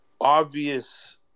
obvious